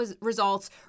results